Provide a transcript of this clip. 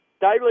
daily